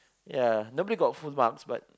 ya nobody got full marks but